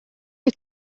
you